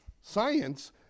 science